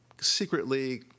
secretly